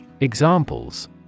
Examples